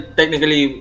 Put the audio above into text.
technically